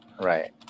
Right